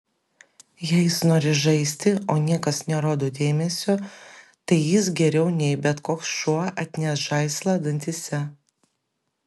jei jis nori žaisti o niekas nerodo dėmesio tai jis geriau nei bet koks šuo atneš žaislą dantyse